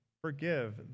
forgive